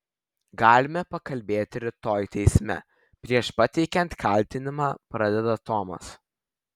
galime pakalbėti rytoj teisme prieš pateikiant kaltinimą pradeda tomas